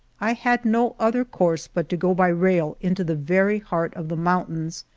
i had no other course but to go by rail into the very heart of the mountains,